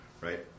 right